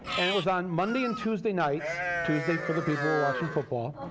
and it was on monday and tuesday nights tuesday for the people who were watching football